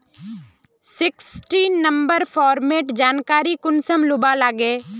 Sixteen number फार्मेर जानकारी कुंसम लुबा लागे?